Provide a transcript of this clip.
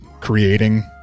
creating